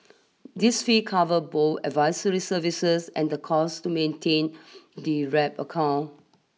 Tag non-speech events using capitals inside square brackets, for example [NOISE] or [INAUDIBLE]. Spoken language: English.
this fee cover bow advisory services and the cost to maintain [NOISE] the wrap account